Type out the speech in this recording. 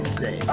say